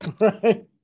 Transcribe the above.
right